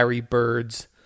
Bird's